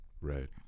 right